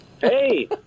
Hey